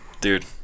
dude